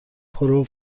پرو